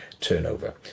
turnover